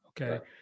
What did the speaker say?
Okay